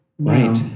Right